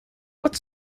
what